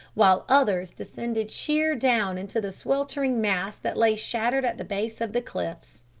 while others descended sheer down into the sweltering mass that lay shattered at the base of the cliffs.